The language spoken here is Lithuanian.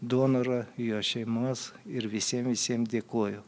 donorą jo šeimos ir visiem visiem dėkoju